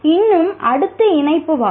இன்னும் அடுத்தது இணைப்புவாதம்